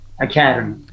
Academy